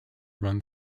run